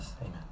Amen